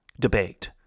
debate